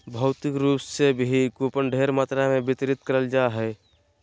भौतिक रूप से भी कूपन ढेर मात्रा मे वितरित करल जा हय